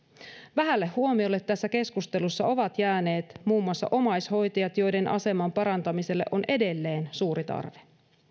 vähälle huomiolle tässä keskustelussa ovat jääneet muun muassa omaishoitajat joiden aseman parantamiselle on edelleen suuri tarve